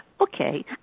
Okay